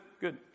good